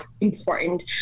important